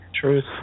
Truth